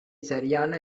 சரியான